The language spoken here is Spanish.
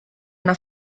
una